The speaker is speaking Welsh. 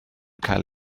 cael